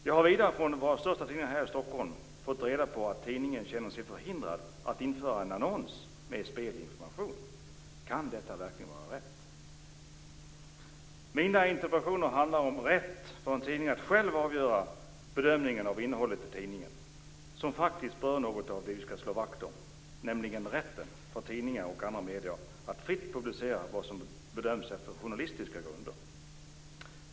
Jag har vidare från en av de största tidningarna här i Stockholm fått reda på att tidningen känner sig förhindrad att införa en annons med spelinformation. Kan detta verkligen vara rätt? Mina interpellationer handlar om rätt för en tidning att själv avgöra och bedöma innehållet i tidningen, vilket faktiskt berör något av det som vi skall slå vakt om, nämligen rätten för tidningar och andra medier att fritt publicera vad som bedöms som intressant efter journalistiska grunder.